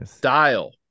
dial